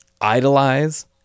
idolize